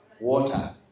Water